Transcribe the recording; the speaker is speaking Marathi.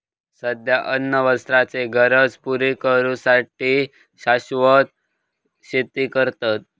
सध्या अन्न वस्त्राचे गरज पुरी करू साठी शाश्वत शेती करतत